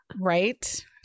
Right